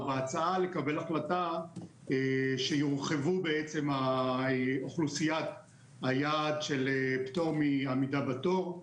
או בהצעה לקבל החלטה שיורחבו בעצם אוכלוסיית היעד של פטור מעמידה בתור.